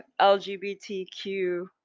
LGBTQ